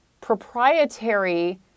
proprietary